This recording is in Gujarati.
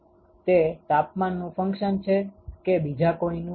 તે તાપમાનનુ ફંક્શન છે કે બીજા કોઈનુ